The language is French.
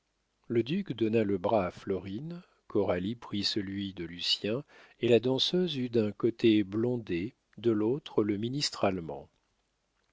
le duc donna le bras à florine coralie prit celui de lucien et la danseuse eut d'un côté blondet de l'autre le ministre allemand